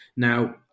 Now